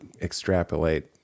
extrapolate